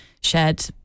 shared